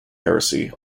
heresy